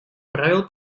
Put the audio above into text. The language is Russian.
правил